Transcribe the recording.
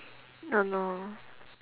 don't know